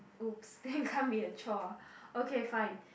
then can't be a chore okay fine